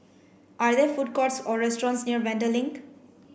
are there food courts or restaurants near Vanda Link